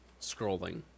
scrolling